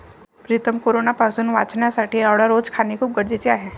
प्रीतम कोरोनापासून वाचण्यासाठी आवळा रोज खाणे खूप गरजेचे आहे